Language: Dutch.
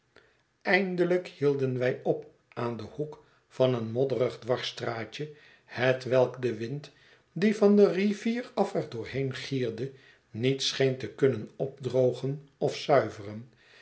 eindelijk hielden wij op aan den hoek van een modderig dwarsstraatje hetwelk de wind die van de rivier af er doorheen gierde niet scheen te kunnen opdrogen of zuiveren